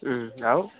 ହୁଁମ ଆଉ